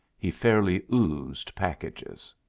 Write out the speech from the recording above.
he fairly oozed packages.